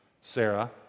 Sarah